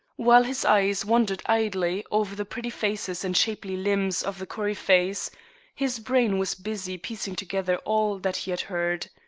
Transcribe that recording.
while his eyes wandered idly over the pretty faces and shapely limbs of the coryphees his brain was busy piecing together all that he had heard.